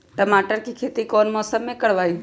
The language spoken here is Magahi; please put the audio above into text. टमाटर की खेती कौन मौसम में करवाई?